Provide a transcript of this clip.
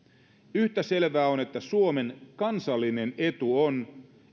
yhtä selvää on että suomen kansallinen etu on